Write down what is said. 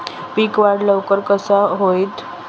पीक वाढ लवकर कसा होईत?